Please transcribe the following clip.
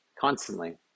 constantly